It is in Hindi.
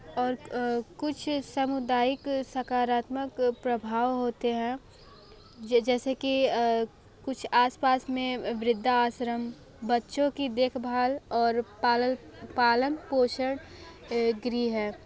और कुछ समुदायिक सकारात्मक प्रभाव होते हैं जैसे कि कुछ आसपास में वृद्धा आश्रम बच्चों की देखभाल और पालल पालन पोषण गृह है